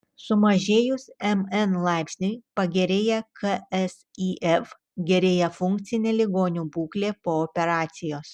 sumažėjus mn laipsniui pagerėja ksif gerėja funkcinė ligonių būklė po operacijos